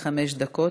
עד 25 דקות.